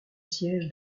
siège